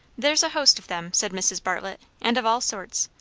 there's a host of them, said mrs. bartlett and of all sorts.